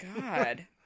God